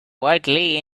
wildly